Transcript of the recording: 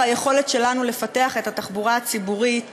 היכולת שלנו לפתח את התחבורה הציבורית